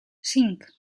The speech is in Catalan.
cinc